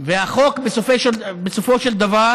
והחוק בסופו של דבר